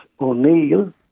O'Neill